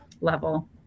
level